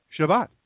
Shabbat